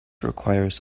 requires